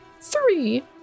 Three